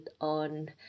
on